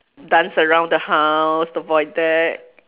dance around the house the void deck